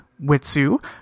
Witsu